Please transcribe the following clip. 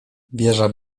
wieża